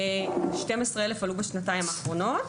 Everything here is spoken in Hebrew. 12,000 עלו בשנתיים האחרונות.